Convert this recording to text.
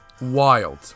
Wild